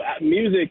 music